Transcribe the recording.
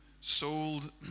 sold